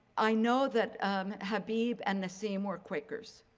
i know that habeeb and naceem were quakers